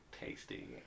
tasty